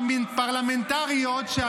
יועצות פרלמנטריות -- לא צריך להתרגש מהחוק